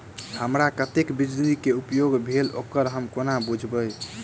हमरा कत्तेक बिजली कऽ उपयोग भेल ओकर हम कोना बुझबै?